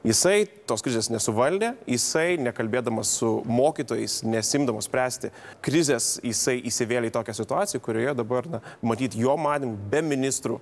jisai tos krizės nesuvaldė jisai nekalbėdamas su mokytojais nesiimdamas spręsti krizės jisai įsivėlė į tokią situaciją kurioje dabar na matyt jo manymu be ministrų